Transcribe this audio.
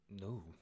no